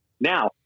now